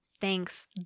thanks